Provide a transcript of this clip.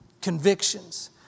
Convictions